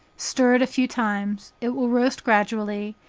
stir it a few times it will roast gradually,